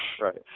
right